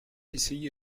essayé